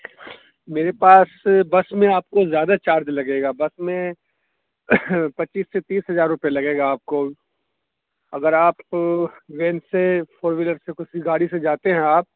میرے پاس بس میں آپ کو زیادہ چارج لگے گا بس میں پچیس سے تیس ہزار روپے لگے گا آپ کو اگر آپ وین سے فور ولر سے کچھ بھی گاڑی سے جاتے ہیں آپ